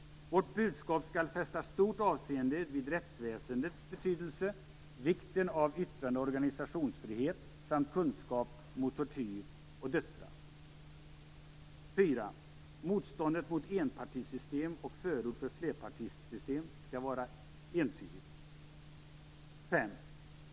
Vårt budskap skall fästa stort avseende vid rättsväsendets betydelse, vikten av yttrande och organisationsfrihet samt kampen mot tortyr och dödsstraff. 4. Motståndet mot enpartisystem och förord för flerpartisystem skall vara entydigt. 5.